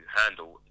handle